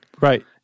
Right